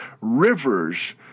rivers